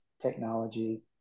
technology